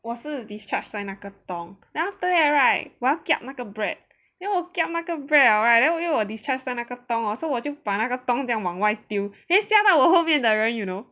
我是 discharge 在那个 tong then after that right 我要 kiap 那个 bread then 我 kiap 那个 bread liao right then 我就 discharge 在那个 tong 所以我就把那个 tong 这样往外丢 then 吓到我后面的人 you know